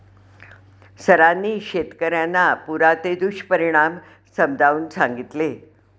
सरांनी शेतकर्यांना पुराचे दुष्परिणाम समजावून सांगितले